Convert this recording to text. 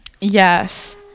yes